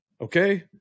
Okay